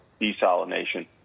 desalination